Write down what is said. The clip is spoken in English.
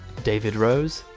david rose,